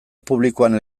publikoan